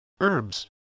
Herbs